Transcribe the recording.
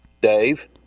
Dave